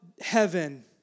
heaven